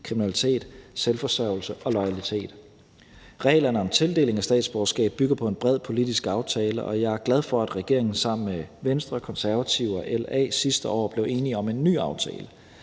kriminalitet, selvforsørgelse og loyalitet. Reglerne om tildeling af statsborgerskab bygger på en bred politisk aftale, og jeg er glad for, at regeringen sammen med Venstre, Konservative og LA sidste år blev enige om en ny aftale.